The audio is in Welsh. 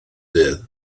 dydd